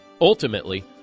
Ultimately